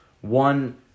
one